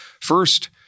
First